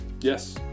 Yes